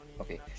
Okay